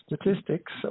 statistics